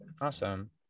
Awesome